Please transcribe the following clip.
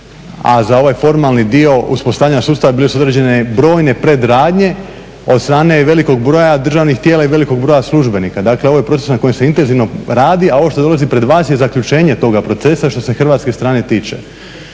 a za ovaj formalni dio uspostavljanja sustava bile su određene brojne predradnje od strane velikog broja državnih tijela i velikog broja službenika. Dakle ovo je proces na kojem se intenzivno radi, a ovo što dolazi pred vas je zaključenje toga procesa što se hrvatske strane tiče.